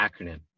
acronym